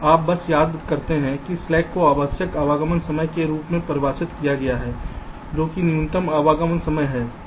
आप बस याद करते हैं कि स्लैक को आवश्यक आगमन समय के रूप में परिभाषित किया गया है जो कि न्यूनतम आगमन समय है